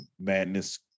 madness